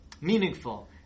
meaningful